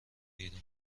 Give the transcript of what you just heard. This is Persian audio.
بیرون